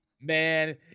Man